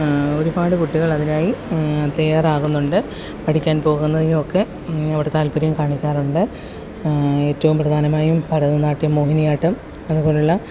ഒരുപാട് കുട്ടികൾ അതിനായി തയ്യാറാകുന്നുണ്ട് പഠിക്കാൻ പോകുന്നതിനും ഒക്കെ അതിനോട് താൽപര്യം കാണിക്കാറുണ്ട് ഏറ്റോം പ്രധാനമായും ഭരതനാട്യം മോഹിനിയാട്ടം അതുപോലുള്ള